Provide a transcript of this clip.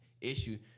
issue